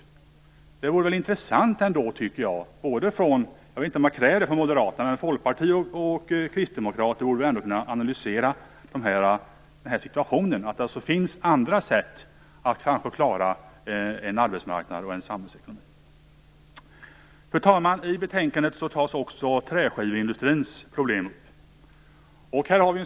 Detta vore väl en intressant situation för både folkpartister och kristdemokrater - jag vet inte om jag kräver det från moderaterna - att analysera. Det finns alltså andra sätt att klara en arbetsmarknad och en samhällsekonomi. Fru talman! I betänkandet tas också träskiveindustrins problem upp.